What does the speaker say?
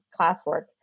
classwork